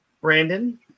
Brandon